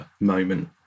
moment